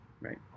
right